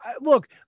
Look